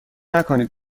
نکنید